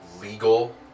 legal